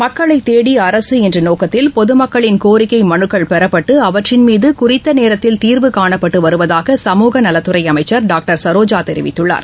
மக்களை தேடி அரசு என்ற நோக்கத்தில் பொது மக்களின் கோரிக்கை மனுக்கள் பெறப்பட்டு அவற்றின் மீது குறித்த நேரத்தில் தீர்வு காணப்பட்டு வருவதாக சமூக நலத்துறை அமைச்சர் டாக்டர் சரோஜா தெரிவித்துள்ளார்